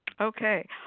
okay